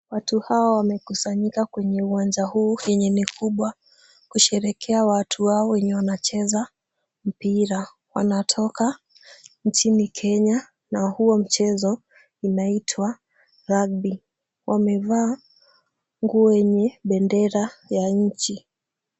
Watu hawa wamekusanyika kwenye uwanja huu yenye ni kubwa, kusherehekea watu wao wenye wanacheza mpira, wanatoka, nchini Kenya na huo mchezo inaitwa rugby . Wamevaa nguo yenye bendera ya nchi.